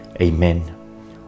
Amen